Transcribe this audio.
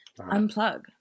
unplug